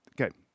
okay